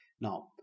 Now